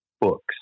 books